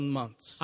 months